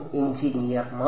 എഞ്ചിനീയർമാർ